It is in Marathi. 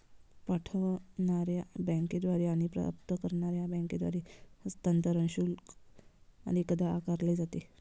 पाठवणार्या बँकेद्वारे आणि प्राप्त करणार्या बँकेद्वारे हस्तांतरण शुल्क अनेकदा आकारले जाते